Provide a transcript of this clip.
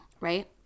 Right